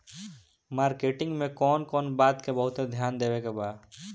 Marketing मे कौन कौन बात के बहुत ध्यान देवे के बा?